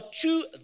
two